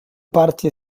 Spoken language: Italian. parti